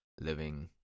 Living